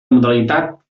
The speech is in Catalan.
modalitat